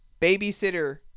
babysitter